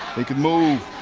they can move.